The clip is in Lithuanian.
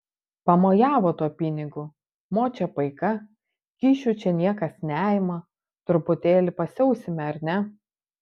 pamojavo tuo pinigu močia paika kyšių čia niekas neima truputėlį pasiausime ar ne